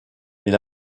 mais